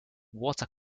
water